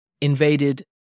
invaded